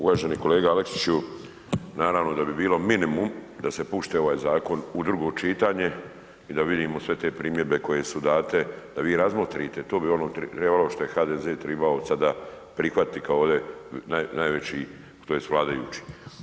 Uvaženi kolega Aleksiću naravno da bi bilo minimum da se pušti ovaj zakon u drugo čitanje i da vidimo sve te primjedbe koje su date, da vi razmotrite to bi ono što je HDZ tribao sada prihvatit kao ovdje najveći tj. vladajući.